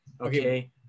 okay